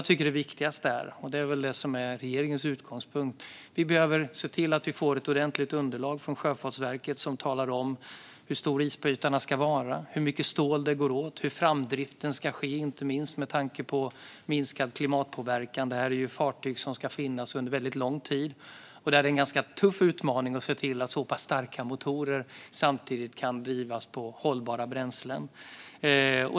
Det viktigaste - och det är väl det som är regeringens utgångspunkt - är att vi behöver se till att vi får ett ordentligt underlag från Sjöfartsverket som talar om hur stora isbrytarna ska vara, hur mycket stål det går åt och hur framdriften ska ske, inte minst med tanke på minskad klimatpåverkan. Det här är ju fartyg som ska finnas under väldigt lång tid, och det är en ganska tuff utmaning att se till att så pass starka motorer samtidigt kan drivas på hållbara bränslen.